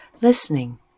listening